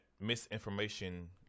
misinformation